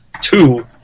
two